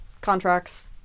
contracts